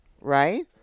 right